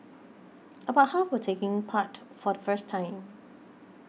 about half were taking part for the first time